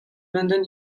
london